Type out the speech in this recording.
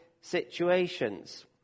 situations